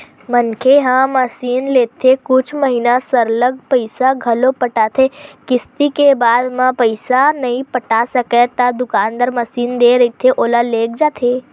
मनखे ह मसीनलेथे कुछु महिना सरलग पइसा घलो पटाथे किस्ती के बाद म पइसा नइ पटा सकय ता दुकानदार मसीन दे रहिथे ओला लेग जाथे